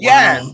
Yes